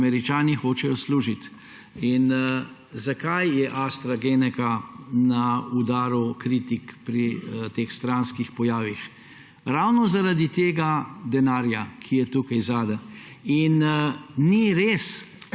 Američani hočejo služiti. Zakaj je AstraZeneca na udaru kritik pri teh stranskih pojavih? Ravno zaradi tega denarja, ki je tukaj zadaj. Ni res,